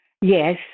Yes